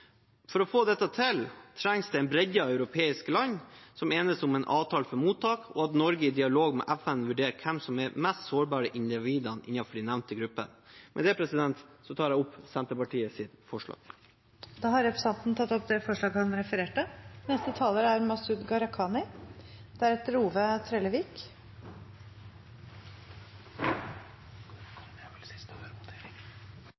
For å få dette til trengs det en bredde av europeiske land som enes om en avtale for mottak, og at Norge i dialog med FN vurderer hvem som er de mest sårbare individene innenfor de nevnte gruppene. Med det tar jeg opp Senterpartiets forslag. Representanten Willfred Nordlund har tatt opp det forslaget han refererte